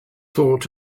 thought